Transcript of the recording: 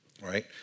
right